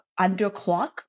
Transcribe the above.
underclock